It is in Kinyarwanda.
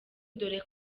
dore